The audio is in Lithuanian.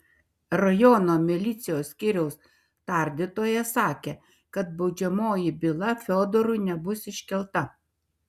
rajono milicijos skyriaus tardytojas sakė kad baudžiamoji byla fiodorui nebus iškelta